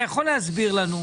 אתה יכול להסביר לנו.